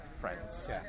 friends